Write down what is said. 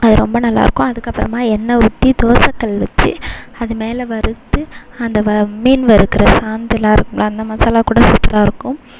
அது ரொம்ப நல்லாயிருக்கும் அதுக்கப்புறமா எண்ணெ ஊற்றி தோசைக்கல் வச்சு அது மேலே வறுத்து அந்த மீன் வறுக்குற சாந்துலாம் இருக்கும்ல அந்த மசாலா கூட சூப்பராக இருக்கும்